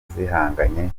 zihanganye